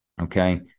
Okay